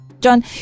John